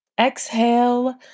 exhale